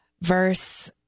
Verse